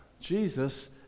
Jesus